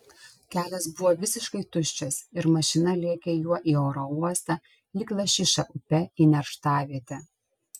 kelias buvo visiškai tuščias ir mašina lėkė juo į oro uostą lyg lašiša upe į nerštavietę